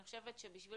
אני חושבת שבשביל